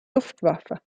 luftwaffe